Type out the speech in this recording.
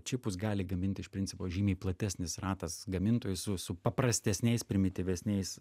čipus gali gaminti iš principo žymiai platesnis ratas gamintojų su su paprastesniais primityvesniais